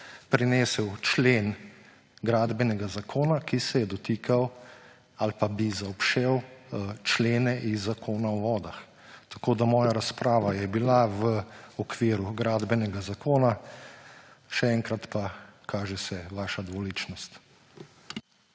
prinesel člen Gradbenega zakona, ki se je dotikal ali pa bi zaobšel člene iz Zakona o vodah. Moja razprava je bila v okviru Gradbenega zakona. Še enkrat, kaže se vaša dvoličnost.